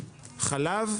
חלב,